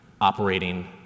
operating